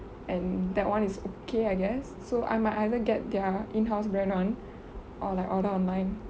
and that one is okay I guess so I might either get their in house brand one or like order online